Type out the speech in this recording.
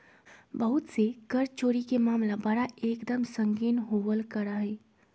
बहुत से कर चोरी के मामला बड़ा एक दम संगीन होवल करा हई